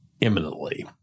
imminently